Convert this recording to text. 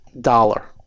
dollar